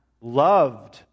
loved